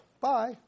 Bye